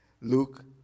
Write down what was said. Luke